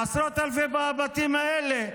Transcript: עשרות אלפי הבתים האלה,